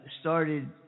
started